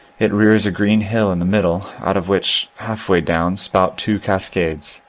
it rears a green hill in the middle, out of which, halfway down, spout two cascades.